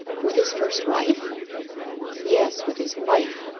with his first wife yes with his wife.